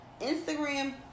instagram